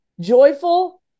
joyful